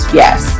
yes